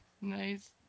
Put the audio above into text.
Nice